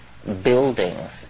buildings